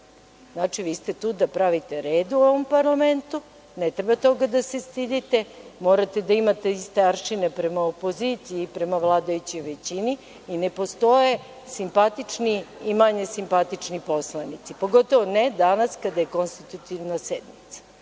Znači, vi ste tu da pravite red u ovom parlamentu, ne treba toga da se stidite. Morate da imate iste aršine prema opoziciji i prema vladajućoj većini. Ne postoje simpatični i manje simpatični poslanici, pogotovo ne danas kada je konstitutivna sednica.